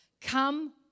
Come